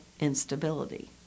instability